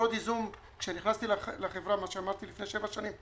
-- כשנכנסתי לחברה לפני שבע שנים,